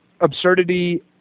absurdity